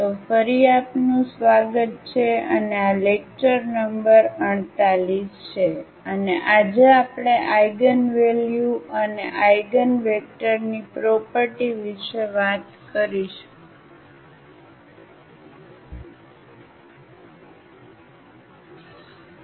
તો ફરી આપનું સ્વાગત છે અને આ લેક્ચર નંબર and 48 છે અને આજે આપણે આઇગનવેલ્યુ અને આઇગનવેક્ટરની પ્રોપર્ટી વિશે વાત કરીશું